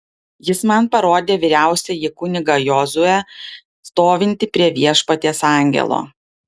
jis man parodė vyriausiąjį kunigą jozuę stovintį prie viešpaties angelo